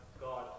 God